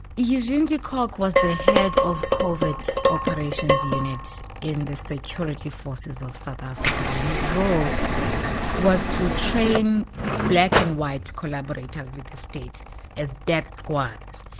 eugene de kock was the head of covert operations units in the security forces of south africa and his role was to train black and white collaborators with the state as death squads.